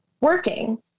working